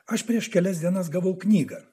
aš prieš kelias dienas gavau knygą